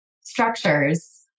structures